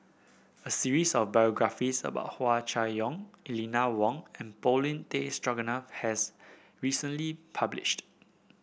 a series of biographies about Hua Chai Yong Eleanor Wong and Paulin Tay Straughan has recently published